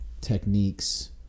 techniques